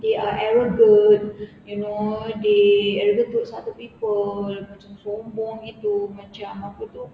they are arrogant you know they arrogant towards other people macam sombong gitu macam apa tu